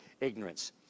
ignorance